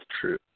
true